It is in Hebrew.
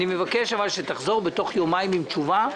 אבל אני מבקש שתחזור אלינו בתוך יומיים עם תשובה,